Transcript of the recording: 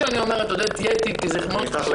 חשוב